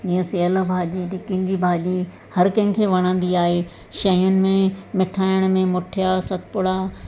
जीअं सेल भाॼी टिकियुनि जी भाॼी हर कंहिंखें वणंदी आहे शयुनि में मिठाइण में मुठिया सतपुड़ा